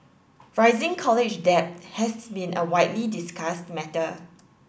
rising college debt has been a widely discussed matter